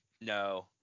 No